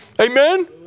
Amen